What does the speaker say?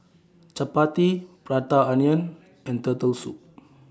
Chappati Prata Onion and Turtle Soup